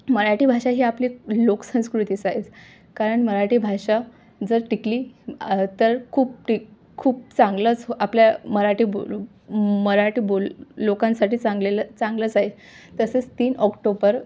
मराठी भाषा ही आपली लोकसंस्कृतीच आहेच कारण मराठी भाषा जर टिकली तर खूप टिक खूप चांगलंच आपल्या मराठी बोल मराठी बोल लोकांसाठी चांगलेलं चांगलंच आहे तसेच तीन ऑक्टोबर